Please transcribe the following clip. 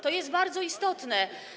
To jest bardzo istotne.